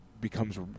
becomes